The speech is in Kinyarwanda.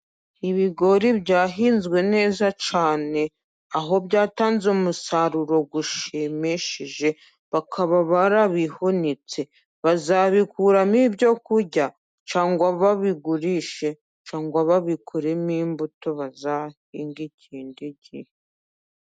Ibigori byahinzwe neza cyane, aho byatanze umusaruro ushimishije, Bakaba barabihunitse. Bazabikuramo ibyo kurya cyangwa babigurishe cyangwa babikuremo imbuto bazahinga ikindi gihe.